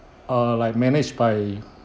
err like managed by